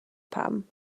pam